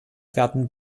werden